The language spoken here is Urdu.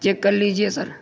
چیک کر لیجیے سر